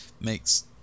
makes